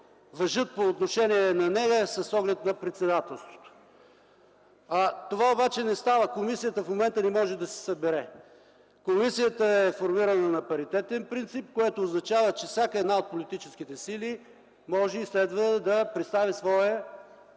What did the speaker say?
важат по отношение на нея с оглед на председателството. Това обаче не става. Комисията в момента не може да се събере. Комисията е формирана на паритетен принцип, което означава, че всяка една от политическите сили може и следва да представи своя